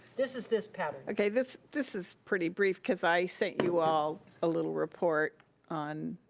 this is this pattern. okay, this this is pretty brief cause i sent you all a little report on,